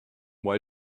why